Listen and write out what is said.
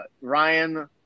Ryan